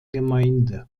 gemeinde